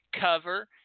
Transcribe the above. cover